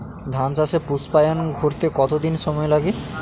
ধান চাষে পুস্পায়ন ঘটতে কতো দিন সময় লাগে?